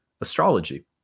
astrology